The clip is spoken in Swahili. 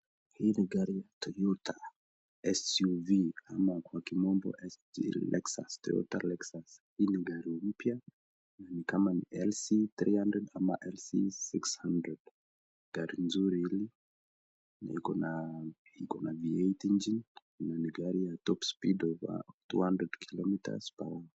Hii ni gari ya Toyota SUV ama kwa lugha ya kimombo SUV toyota Lexus. Hii ni gari mpya na ni kama ni LC300 ama LC600. Gari nzuri hili liko na V8 engine na ni gari ya top speed of 200km/h .